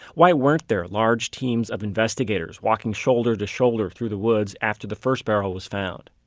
why weren't there large teams of investigators walking shoulder-to-shoulder through the woods after the first barrel was found?